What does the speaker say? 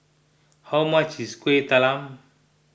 how much is Kuih Talam